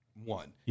one